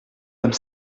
comme